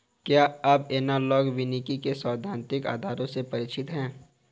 क्या आप एनालॉग वानिकी के सैद्धांतिक आधारों से परिचित हैं?